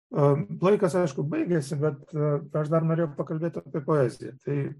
laikas aišku baigiasi bet aš dar norėjau pakalbėt apie poeziją tai